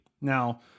Now